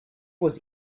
was